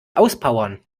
auspowern